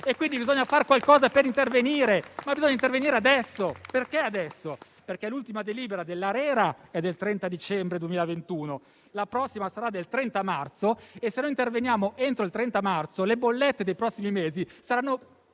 Quindi, bisogna prendere delle misure, ma bisogna intervenire adesso. Perché adesso? Perché l'ultima delibera dell'ARERA è del 30 dicembre 2021. La prossima arriverà il 30 marzo e, se non interveniamo entro quella data, le bollette dei prossimi mesi saranno